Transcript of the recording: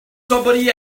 somebody